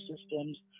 systems